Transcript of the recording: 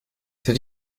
hätte